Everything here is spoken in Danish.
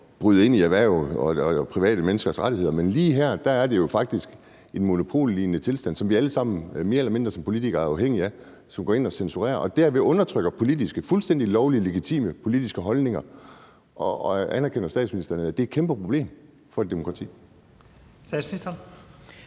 at bryde ind i erhverv og private menneskers rettigheder. Men lige her er det jo faktisk en monopollignende tilstand, som vi alle sammen mere eller mindre er afhængige af som politikere, og som går ind og censurerer og derved undertrykker politiske og fuldstændig lovlige og legitime politiske holdninger. Anerkende statsministeren, at det er et kæmpe problem for et demokrati?